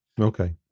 Okay